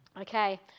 Okay